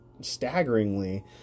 staggeringly